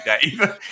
Dave